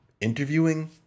interviewing